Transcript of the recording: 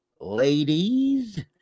ladies